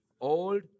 old